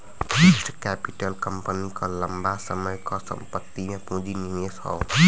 fixed capital company क लंबा समय क संपत्ति में पूंजी निवेश हौ